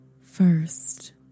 first